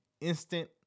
instant